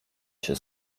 się